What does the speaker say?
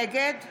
נגד